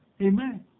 Amen